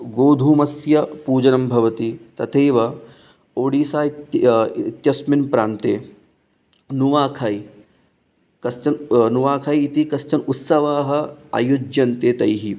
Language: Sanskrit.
गोधूमस्य पूजनं भवति तथैव ओडिसा इत् इत्यस्मिन् प्रान्ते नुवाखै कश्चन नुवाखै इति कश्चन उत्सवः आयोज्यते तैः